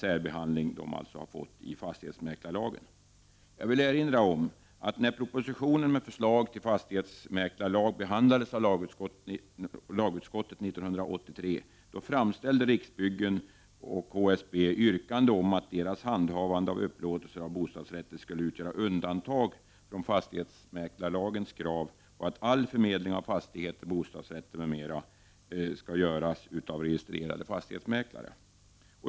Jag vill erinra om att när propositionen med förslag till fastighetsmäklarlag behandlades av lagutskottet år 1983, framställde Riksbyggen och HSB ett yrkande på att deras handhavande av upplåtelser av bostadsrätter skulle utgöra undantag från fastighetsmäklarlagens krav på att förmedling av fastigheter och bostadsrätter m.m. skulle göras av registrerade fastighetsmäklare.